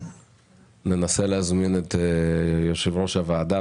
ננסה להזמין את יושב-ראש הוועדה,